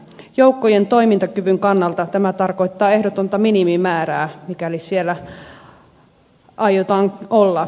joukkojen toimintakyvyn kannalta tämä tarkoittaa ehdotonta minimimäärää mikäli siellä aiotaan olla